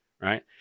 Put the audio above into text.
right